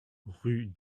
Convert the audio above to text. rue